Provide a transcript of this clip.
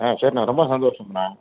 ஆ சரி அண்ணா ரொம்ப சந்தோஷம் அண்ணா